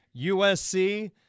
USC